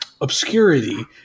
obscurity